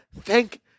Thank